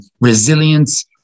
resilience